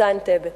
מבצע אנטבה.